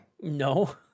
No